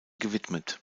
gewidmet